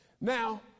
Now